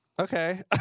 okay